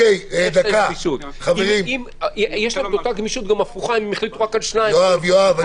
יש לה גם גמישות הפוכה, זה הולך לשני הכיוונים.